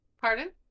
Pardon